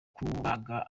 kubaga